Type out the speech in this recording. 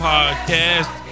Podcast